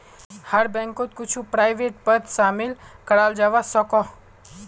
हर बैंकोत कुछु प्राइवेट पद शामिल कराल जवा सकोह